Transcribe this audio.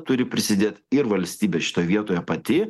turi prisidėt ir valstybė šitoj vietoje pati